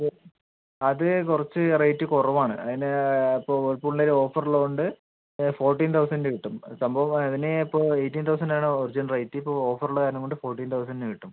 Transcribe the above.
ഓ അത് കുറച്ച് റേറ്റ് കുറവ് ആണ് അതിന് ഇപ്പോൾ വേൾപൂളിൻ്റ ഒര് ഓഫർ ഉള്ളോണ്ട് ഫോർട്ടീൻ തൗസൻഡ് കിട്ടും അത് സംഭവം അതിന് ഇപ്പോൾ എയ്റ്റീൻ തൗസൻഡ് ആണ് ഒറിജിൻ റേറ്റ് ഇപ്പം ഓഫർ ഉള്ള കാരണം കൊണ്ട് ഫോർട്ടീൻ തൗസൻഡിന് കിട്ടും